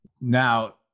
Now